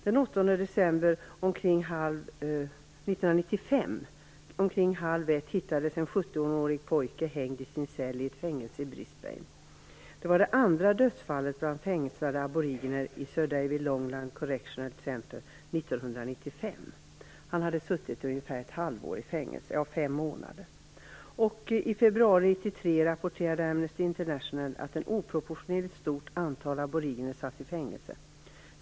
Den 8 december 1995 omkring halv ett hittades en 17-åring pojke hängd i sin cell i ett fängelse i Brisbane. Det var det andra dödsfallet bland fängslade aboriginer i södra Australien 1995. 1993 rapporterade Amnesty International att ett oproportionerligt stort antal aboriginer satt i fängelse.